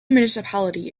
municipality